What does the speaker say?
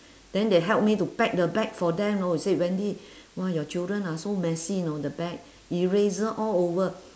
then they help me to pack the bag for them know said wendy !wah! your children ah so messy know the bag eraser all over